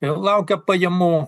jie laukia pajamų